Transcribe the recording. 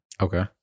Okay